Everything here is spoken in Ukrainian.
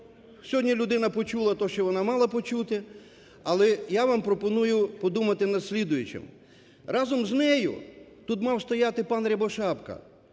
Сьогодні людина почула те, що вона мала почути. Але я вам пропоную подумати над слідуючим: разом з нею тут мав стояти пан Рябошапка,